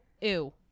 ew